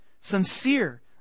sincere